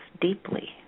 deeply